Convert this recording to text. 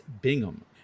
Bingham